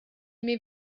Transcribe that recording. imi